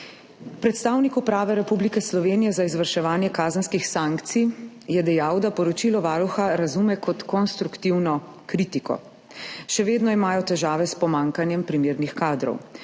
Predstavnik Uprave Republike Slovenije za izvrševanje kazenskih sankcij je dejal, da poročilo Varuha razume kot konstruktivno kritiko. Še vedno imajo težave s pomanjkanjem primernih kadrov.